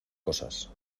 cosas